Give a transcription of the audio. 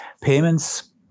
Payments